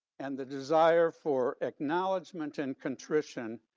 and the desire for economic judgment and contrition,